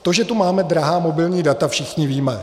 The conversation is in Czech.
To, že tu máme drahá mobilní data, všichni víme.